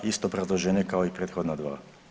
Isto obrazloženje kao i prethodna dva.